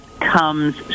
comes